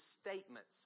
statements